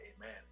amen